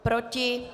Proti?